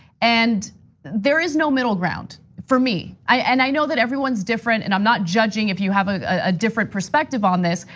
and there is no middle ground for me, and i know that everyone's different, and i'm not judging if you have a ah different perspective on this.